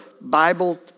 Bible